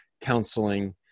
counseling